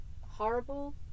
horrible